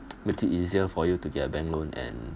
make it easier for you to get a bank loan and